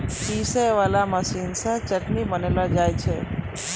पीसै वाला मशीन से चटनी बनैलो जाय छै